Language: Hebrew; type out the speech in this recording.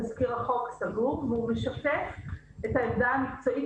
תזכיר החוק סגור והוא משקף את העמדה המקצועית,